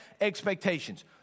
expectations